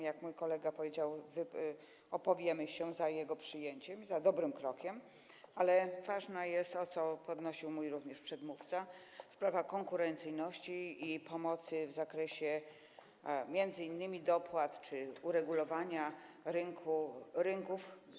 Jak mój kolega powiedział, opowiemy się za jego przyjęciem i za dobrym krokiem, ale ważna jest, co również podnosił mój przedmówca, sprawa konkurencyjności i pomocy w zakresie m.in. dopłat czy uregulowania rynków.